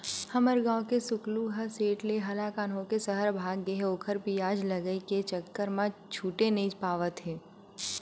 हमर गांव के सुकलू ह सेठ ले हलाकान होके सहर भाग गे हे ओखर बियाज लगई के चक्कर म छूटे नइ पावत हे